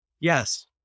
Yes